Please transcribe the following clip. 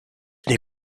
nie